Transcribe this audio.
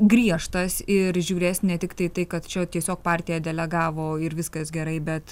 griežtas ir žiūrės ne tiktai tai kad čia tiesiog partija delegavo ir viskas gerai bet